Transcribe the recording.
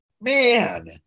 Man